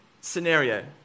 scenario